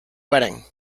wedding